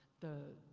the,